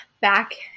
Back